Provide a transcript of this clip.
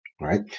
right